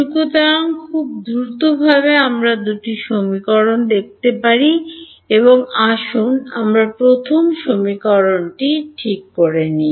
সুতরাং খুব দ্রুত সুতরাং আসুন আমাদের প্রথম সমীকরণটি ঠিক করা যাক